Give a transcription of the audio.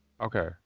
Okay